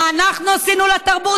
מה אנחנו עשינו לתרבות?